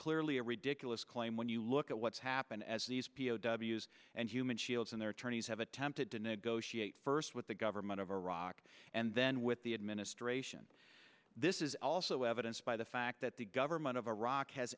clearly a ridiculous claim when you look at what's happened as these p o w s and human shields and their attorneys have attempted to negotiate first with the government of iraq and then with the administration this is also evidence by the fact that the government of iraq has